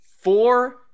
four